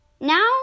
Now